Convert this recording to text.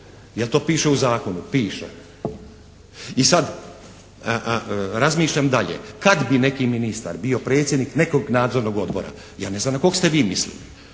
Je li to piše u zakonu? Piše. I sad razmišljam dalje, kad bi neki ministar bio predsjednik nekog nadzornog odbora, ja ne znam na kog ste vi mislili